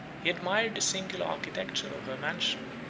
he admired the singular architecture on her mansion,